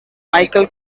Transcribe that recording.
michael